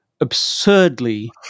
absurdly